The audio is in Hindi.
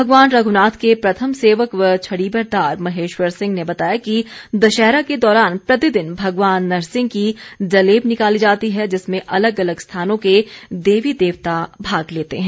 भगवान रघुनाथ के प्रथम सेवक व छड़ीबरदार महेश्वर सिंह ने बताया कि दशहरा के दौरान प्रतिदिन भगवान नरसिंह की जलेब निकाली जाती है जिसमें अलग अलग स्थानों के देवी देवता भाग लेते हैं